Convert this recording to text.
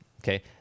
okay